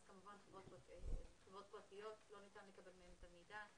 אז כמובן מחברות פרטיות לא ניתן לקבל מהן את המידע.